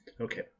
Okay